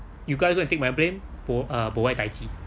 you guys going to take my blame